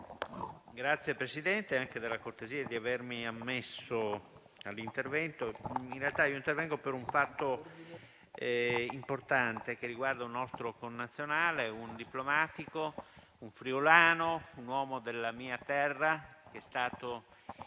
la ringrazio della cortesia di avere ammesso il mio intervento. In realtà, io intervengo per un fatto importante che riguarda un nostro connazionale, un diplomatico, un friulano un uomo della mia terra, che è stato